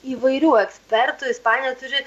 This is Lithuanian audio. įvairių ekspertų ispanija turi